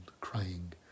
crying